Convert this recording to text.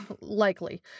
Likely